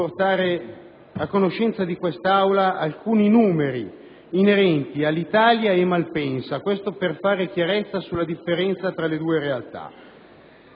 portare a conoscenza dell'Aula alcuni numeri inerenti ad Alitalia e Malpensa, al fine di fare chiarezza sulla differenza tra le due realtà.